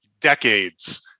decades